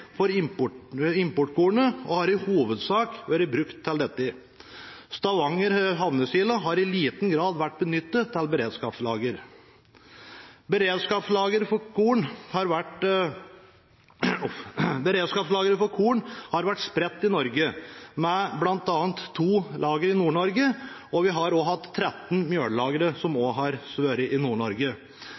og den har i hovedsak vært brukt til det. Stavanger Havnesilo har i liten grad vært benyttet til beredskapslager. Beredskapslagre for korn har vært spredt i Norge, med bl.a. 2 lagre i Nord-Norge, og vi har hatt 13 mellagre som også har vært i